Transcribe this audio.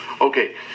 Okay